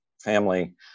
family